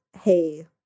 hey